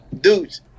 Dudes